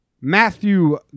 matthew